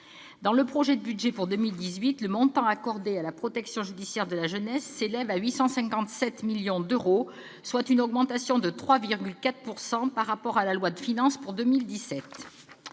Dans le projet de budget pour 2018, le montant accordé à la protection judiciaire de la jeunesse, ou PJJ, s'élève à 857 millions d'euros, soit une augmentation de 3,4 % par rapport à la loi de finances pour 2017.